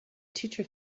teacher